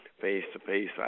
face-to-face